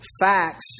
Facts